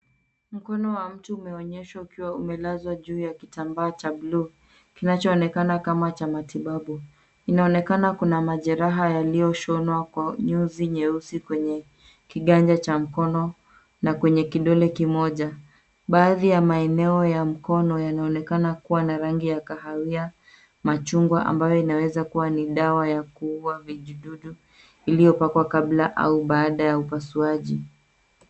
Mkono wa mtu umeonyeshwa ukiwa umelazwa juu ya kitambaa cha buluu, kinachoonekana kama cha matibabu. Inaonekana kuna majeraha yaliyoshonwa kwa nyuzi nyeusi kwenye kiganja cha mkono na kwenye kidole kimoja. Baadhi ya maeneo ya mkono yanaonekana kuwa na rangi ya kahawia ya machungwa, ambayo inaweza kuwa dawa ya kuua vijidudu iliyowekwa kabla au baada ya upasuaji.